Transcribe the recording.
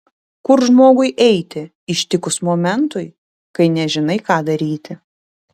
kur žmogui eiti ištikus momentui kai nežinai ką daryti